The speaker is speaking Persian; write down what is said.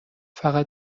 فقط